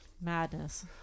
Madness